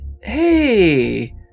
Hey